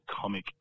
comic